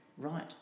Right